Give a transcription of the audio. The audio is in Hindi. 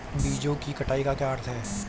बीजों की कटाई का क्या अर्थ है?